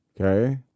Okay